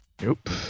Nope